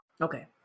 Okay